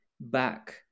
back